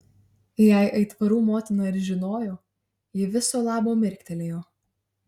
jei aitvarų motina ir žinojo ji viso labo mirktelėjo